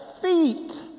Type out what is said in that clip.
feet